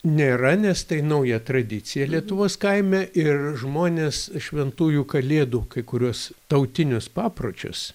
nėra nes tai nauja tradicija lietuvos kaime ir žmonės šventųjų kalėdų kai kuriuos tautinius papročius